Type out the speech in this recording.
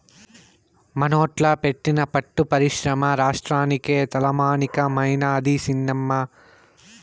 మనోట్ల పెట్టిన పట్టు పరిశ్రమ రాష్ట్రానికే తలమానికమైనాది సినమ్మా